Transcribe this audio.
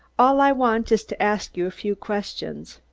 all i want is to ask you a few questions.